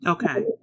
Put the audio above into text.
Okay